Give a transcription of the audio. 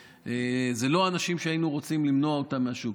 זה לא האנשים שהיינו רוצים למנוע אותם מהשוק.